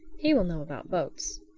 he will know about boats.